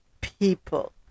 people